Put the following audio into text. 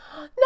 no